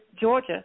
Georgia